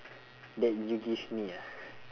that you give me ah